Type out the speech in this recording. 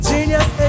Genius